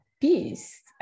peace